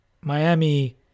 Miami